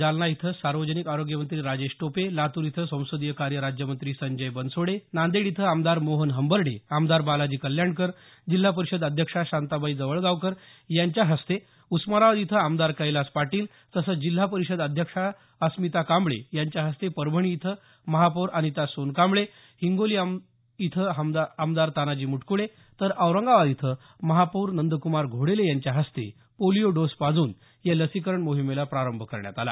जालना इथं सार्वजनिक आरोग्य मंत्री राजेश टोपे लातूर इथं संसदीय कार्य राज्यमंत्री संजय बनसोडे नांदेड इथं आमदार मोहन हंबर्डे आमदार बालाजी कल्याणकर जिल्हा परिषद अध्यक्षा शांताबाई जवळगावकर यांच्या हस्ते उस्मानाबाद इथं आमदार कैलास पाटील तसंच जिल्हा परिषद अध्यक्षा अस्मिता कांबळे यांच्या हस्ते परभणी इथं महापौर अनिता सोनकांबळे हिंगोली आमदार तानाजी मुटकुळे तर औरंगाबाद इथं महापौर नंद्कुमार घोडेले यांच्या हस्ते पोलिओ डोस पाजून या लसीकरण मोहिमेला प्रारंभ करण्यात आला